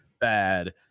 bad